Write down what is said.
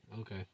Okay